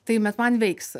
tai bet man veiks